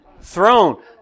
Throne